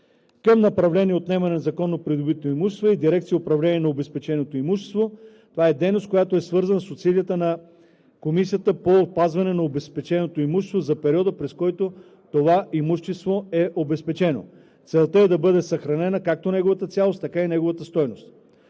Към направление „Отнемане на незаконно придобитото имущество“ е и Дирекция „Управление на обезпеченото имущество“. Това е дейност, която е свързана с усилията на експертите по опазване на обезпеченото имущество за периода, през който това имущество е обезпечено. Целта е да бъде съхранена както неговата цялост, така и неговата стойност.